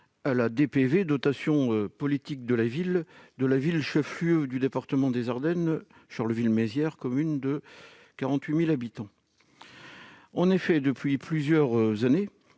à la dotation politique de la ville (DPV) du chef-lieu du département des Ardennes, Charleville-Mézières, commune de 48 000 habitants. Depuis plusieurs années,